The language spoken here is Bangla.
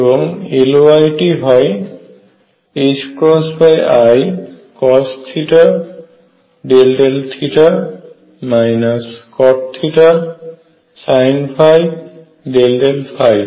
এবং Ly টি হয় icosθ∂θ cotθsinϕ∂ϕ